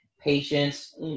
patience